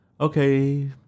okay